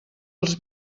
els